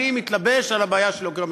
אני מתלבש על הבעיה של יוקר המחיה.